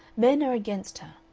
men are against her.